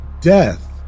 Death